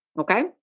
Okay